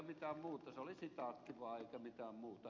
se oli sitaatti vaan eikä mitään muuta